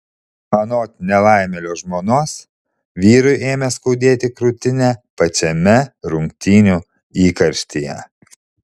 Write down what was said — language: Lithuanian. anot nelaimėlio žmonos vyrui ėmė skaudėti krūtinę pačiame rungtynių įkarštyje